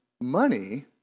money